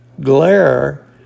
glare